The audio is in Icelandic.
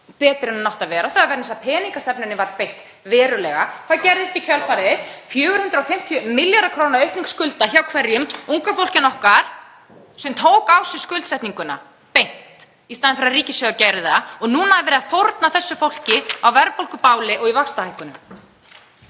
betri en hún átti að vera? Það er vegna þess að peningastefnunni var beitt verulega. Hvað gerðist í kjölfarið? 450 milljarða kr. aukning skulda. Hjá hverjum? Hjá unga fólkinu okkar sem tók á sig skuldsetninguna beint í staðinn fyrir að ríkissjóður gerði það. Og nú er verið að fórna þessu fólki á verðbólgubáli og í vaxtahækkunum.